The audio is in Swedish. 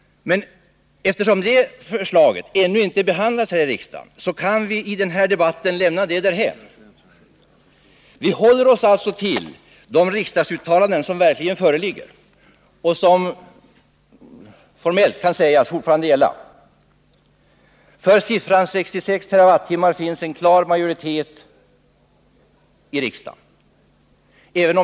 Men eftersom det förslaget ännu inte behandlats i riksdagen, kan vi i den här debatten lämna det därhän. Vi håller oss alltså till de riksdagsuttalanden som verkligen föreligger och som formellt kan sägas fortfarande gälla. För siffran 66 TWh fanns en klar majoritet i riksdagen.